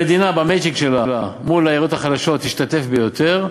המדינה במצ'ינג שלה מול העיריות החלשות תשתתף ביותר,